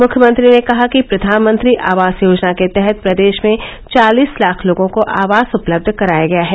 मृख्यमंत्री ने कहा कि प्रधानमंत्री आवास योजना के तहत प्रदेश में चालीस लाख लोगों को आवास उपलब्ध कराया गया है